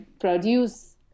produce